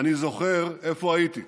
אני זוכר איפה הייתי,